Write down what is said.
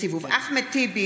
בעד אחמד טיבי,